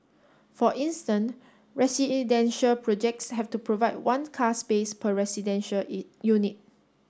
for instance residential projects have to provide one car space per residential unit